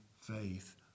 faith